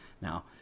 Now